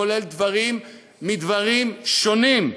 כולל דברים מדברים שונים.